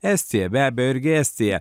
estija be abejo irgi estija